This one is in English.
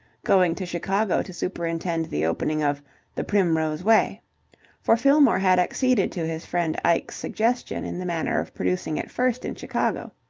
going to chicago to superintend the opening of the primrose way for fillmore had acceded to his friend ike's suggestion in the matter of producing it first in chicago,